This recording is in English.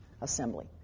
assembly